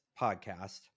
podcast